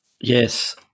Yes